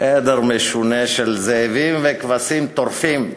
עדר משונה של זאבים וכבשים טורפים,